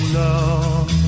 love